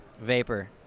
Vapor